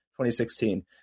2016